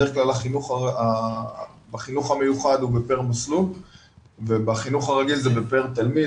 בדרך כלל בחינוך המיוחד הוא בפר מסלול ובחינוך הרגיל זה בפר תלמיד.